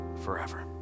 forever